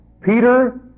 Peter